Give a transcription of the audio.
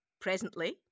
Presently